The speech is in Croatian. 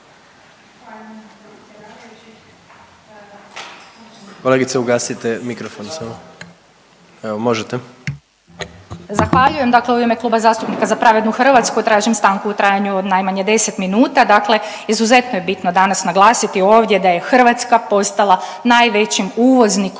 Kolegice ugasite mikrofon. Evo možete. **Vukovac, Ružica (Nezavisni)** Zahvaljujem. Dakle, u ime Kluba zastupnika Za pravednu Hrvatsku tražim stanku u trajanju od najmanje 10 minuta. Dakle, izuzetno je bitno danas naglasiti ovdje da je Hrvatska postala najvećim uvoznikom